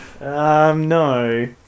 no